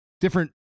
different